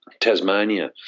Tasmania